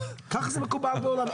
כך זה מקובל בעולם,